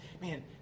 man